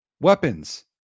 weapons